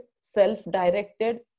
self-directed